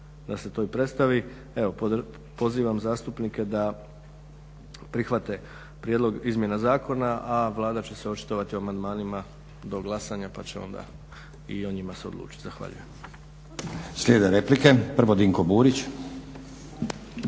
da se to i predstavi. Evo, pozivam zastupnike da prihvate prijedlog izmjena zakona, a Vlada će se očitovati o amandmanima do glasanja pa će onda i o njima se odlučiti. Zahvaljujem. **Stazić, Nenad (SDP)** Slijede replike. Prvo, Dinko Burić.